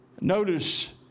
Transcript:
Notice